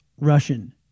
Russian